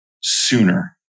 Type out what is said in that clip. sooner